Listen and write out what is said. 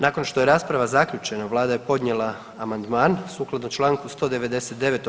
Nakon što je rasprava zaključena vlada je podnijela amandman sukladno čl. 199.